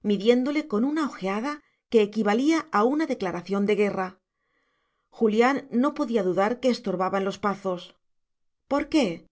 midiéndole con una ojeada que equivalía a una declaración de guerra julián no podía dudar que estorbaba en los pazos por qué